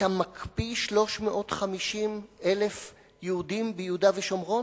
אתה מקפיא 350,000 יהודים ביהודה ושומרון?